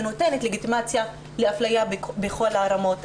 והיא נותנת לגיטימציה לאפליה בכל הרמות.